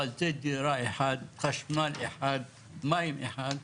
אבל זה דירה אחת, חשמל אחד, מים אחד,